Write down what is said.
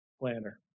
planner